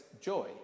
joy